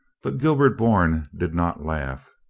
but gilbert bourne did not laugh.